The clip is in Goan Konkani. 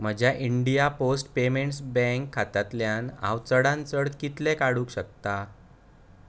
म्हज्या इंडिया पोस्ट पेमन्टस बँक खात्यांतल्यान हांव चडांत चड कितलें काडूंक शकता